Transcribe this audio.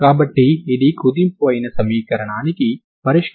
కాబట్టి దీన్ని ఎలా చేయాలో చూస్తారు